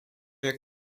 jak